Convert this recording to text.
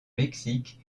mexique